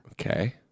Okay